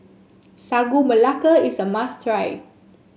Sagu Melaka is a must try